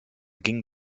ging